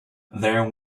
there